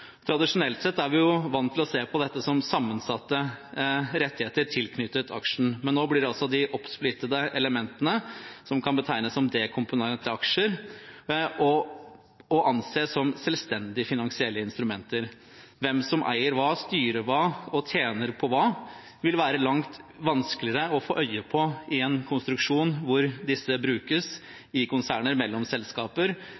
Tradisjonelt sett er vi vant til å se på dette som sammensatte rettigheter tilknyttet aksjen. Men nå blir altså de oppsplittede elementene, som kan betegnes som dekomponerte aksjer, å anse som selvstendige finansielle instrumenter. Hvem som eier hva, styrer hva og tjener på hva, vil være langt vanskeligere å få øye på i en konstruksjon hvor disse